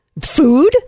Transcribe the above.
food